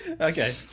Okay